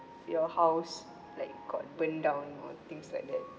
your house like got burned down or things like that